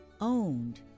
owned